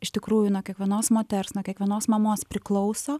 iš tikrųjų nuo kiekvienos moters nuo kiekvienos mamos priklauso